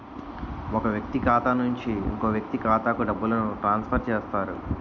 ఒక వ్యక్తి ఖాతా నుంచి ఇంకో వ్యక్తి ఖాతాకు డబ్బులను ట్రాన్స్ఫర్ చేస్తారు